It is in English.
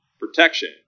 protection